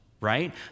right